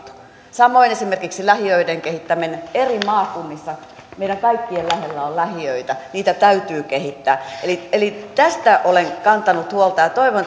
samoin esimerkiksi lähiöiden kehittäminen eri maakunnissa meidän kaikkien lähellä on lähiöitä niitä täytyy kehittää eli eli tästä olen kantanut huolta ja ja toivon